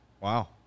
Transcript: Wow